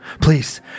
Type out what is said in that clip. Please